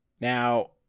now